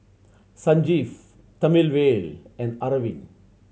Sanjeev Thamizhavel and Arvind